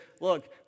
look